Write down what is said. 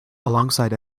alongside